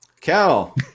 Cal